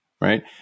Right